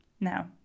Now